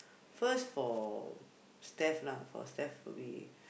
first for Steph lah for Steph would be